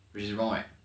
which is wrong leh